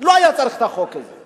לא היה צריך את החוק הזה.